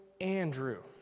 Andrew